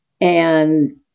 And-